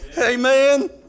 Amen